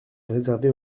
réservé